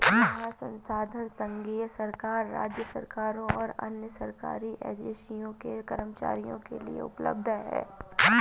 यह संसाधन संघीय सरकार, राज्य सरकारों और अन्य सरकारी एजेंसियों के कर्मचारियों के लिए उपलब्ध है